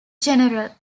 general